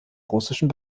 russischen